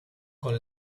con